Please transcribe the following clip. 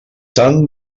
tant